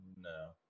no